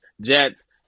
Jets